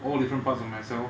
all different parts of myself